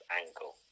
angle